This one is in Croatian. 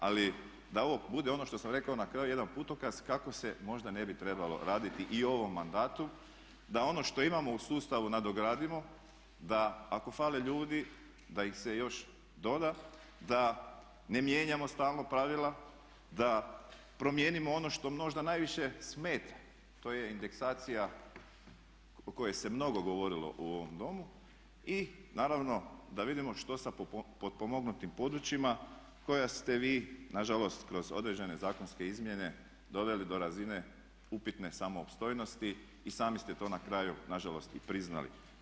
Ali da ovo bude ono što sam rekao na kraju jedan putokaz kako se možda ne bi trebalo raditi i u ovom mandatu da ono što imamo u sustavu nadogradimo, da ako fale ljudi da ih se još doda, da ne mijenjamo stalno pravila, da promijenimo ono što možda najviše smeta, to je indeksacija o kojoj se mnogo govorilo u ovom Domu i naravno da vidimo što sa potpomognutim područjima koja ste vi nažalost kroz određene zakonske izmjene doveli do razine upitne samoopstojnosti i sami se to na kraju nažalost i priznali.